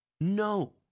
No